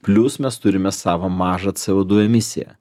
plius mes turime savo mažą co du emisiją